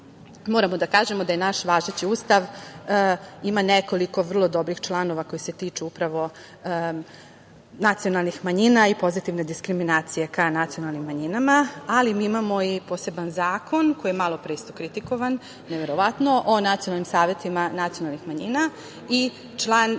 da kažemo da naš važeći Ustav ima nekoliko vrlo dobrih članova koji se tiču upravo nacionalnih manjina i pozitivne diskriminacije ka nacionalnim manjinama, ali mi imamo i poseban Zakon koji je i malopre isto kritikovan, neverovatno, o nacionalnim savetima nacionalnih manjina i član 1a